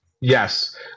Yes